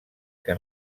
que